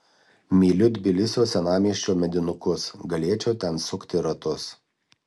myliu tbilisio senamiesčio medinukus galėčiau ten sukti ratus